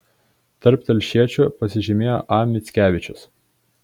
tarp telšiečių pasižymėjo a mickevičius